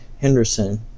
Henderson